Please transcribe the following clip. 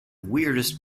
weirdest